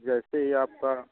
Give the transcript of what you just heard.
जैसे ही आपका